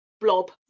blob